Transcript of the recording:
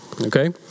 Okay